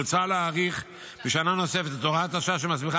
מוצע להאריך בשנה נוספת את הוראת השעה שמסמיכה